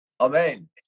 Amen